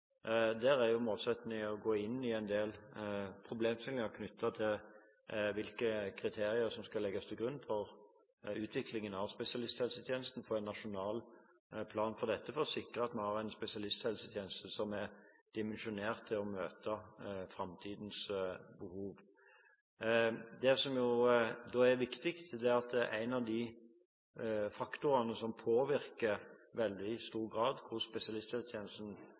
å gå inn i en del problemstillinger knyttet til hvilke kriterier som skal legges til grunn for utviklingen av spesialisthelsetjenesten – få en nasjonal plan for dette – for å sikre at vi har en spesialisthelsetjeneste som er dimensjonert til å møte framtidens behov. Det som da er viktig, er at en av de faktorene som påvirker spesialisthelsetjenesten i veldig stor grad,